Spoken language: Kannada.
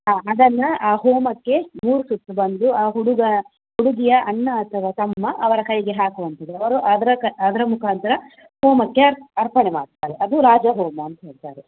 ಹಾಂ ಅದನ್ನು ಆ ಹೋಮಕ್ಕೆ ಮೂರು ಸುತ್ತು ಬಂದು ಆ ಹುಡುಗ ಹುಡುಗಿಯ ಅಣ್ಣ ಅಥವಾ ತಮ್ಮ ಅವರ ಕೈಗೆ ಹಾಕುವಂಥದ್ದು ಅವರು ಅದರೆ ಅದರೆ ಮುಖಾಂತರ ಹೋಮಕ್ಕೆ ಅರ್ಪಣೆ ಮಾಡ್ತಾರೆ ಅದು ಲಾಜ ಹೋಮ ಅಂತ ಹೇಳ್ತಾರೆ